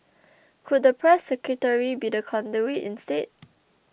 could the press secretary be the conduit instead